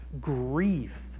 grief